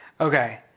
Okay